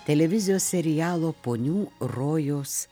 televizijos serialo ponių rojus